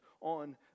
on